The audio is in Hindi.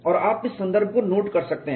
और आप इस संदर्भ को नोट कर सकते हैं